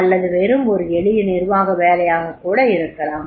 அல்லது வெறும் ஒரு எளிய நிர்வாக வேலையாகக் கூட இருக்கலாம்